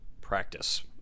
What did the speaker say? practice